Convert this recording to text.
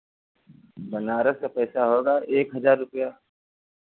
बनारस का पैसा होगा एक हज़ार रुपैया